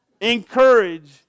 Encourage